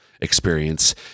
experience